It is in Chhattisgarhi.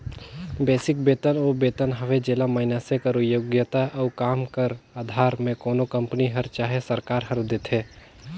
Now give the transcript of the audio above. बेसिक बेतन ओ बेतन हवे जेला मइनसे कर योग्यता अउ काम कर अधार में कोनो कंपनी हर चहे सरकार हर देथे